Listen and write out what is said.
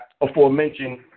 aforementioned